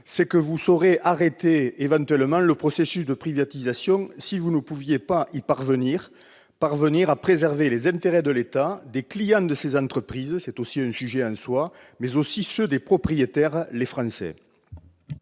que vous saurez éventuellement arrêter le processus de privatisation si vous ne pouviez parvenir à préserver les intérêts de l'État et des clients de ces entreprises- c'est aussi un sujet en soi -, mais aussi ceux des propriétaires, les Français.